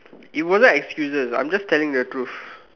it wasn't excuses I am just telling the truth